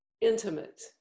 intimate